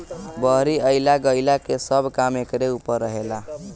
बहरी अइला गईला के सब काम एकरे ऊपर रहेला